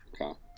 Okay